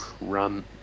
Run